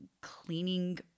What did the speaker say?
cleaning